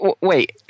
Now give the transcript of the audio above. Wait